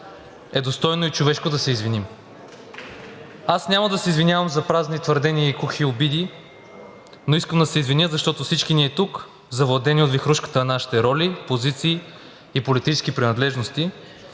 е достойно и човешко да се извиним. Аз няма да се извинявам за празни твърдения и кухи обиди, но искам да се извиня, защото всички ние тук, завладени от вихрушката на нашите роли, позиции и политически принадлежности,